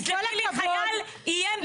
תסלחי לי, חייל איים בלהתאבד.